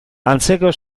antzeko